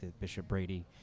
Bishop-Brady